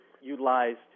utilized